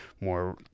more